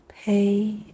Pay